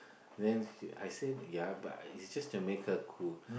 then she I said ya but I is just to make her cool